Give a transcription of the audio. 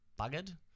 buggered